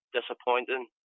disappointing